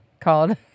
called